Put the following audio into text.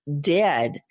dead